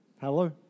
Hello